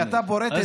כשאתה פורט את זה,